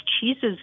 cheeses